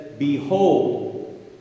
Behold